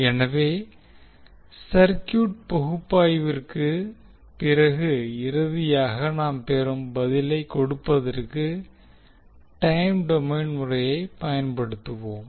எனவே சர்க்யூட் பகுப்பாய்விற்குப் பிறகு இறுதியாக நாம் பெறும் பதிலைக் கொடுப்பதற்கு டைம் டொமைன் முறையை பயன்படுத்துவோம்